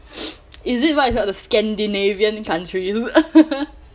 is it what is called the scandinavian country